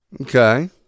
Okay